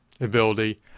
ability